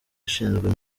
ishinzwe